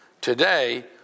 today